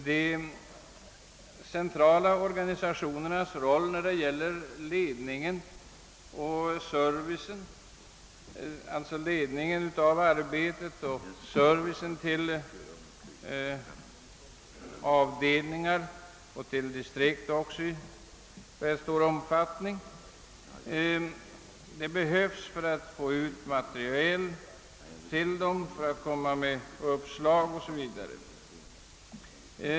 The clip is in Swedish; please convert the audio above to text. De centrala organisationerna spelar stor roll när det gäller ledningen av arbetet och servicen till avdelningar och i rätt stor utsträckning också till distrikt, t.ex. i fråga om distribution av materiel, spridning av uppslag osv.